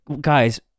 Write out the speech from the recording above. guys